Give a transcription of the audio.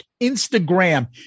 Instagram